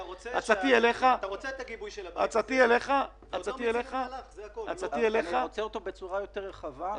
אתה רוצה את הגיבוי של הוועדה --- אני רוצה אותו בצורה יותר רחבה,